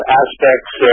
aspects